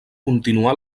continuà